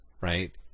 right